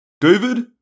David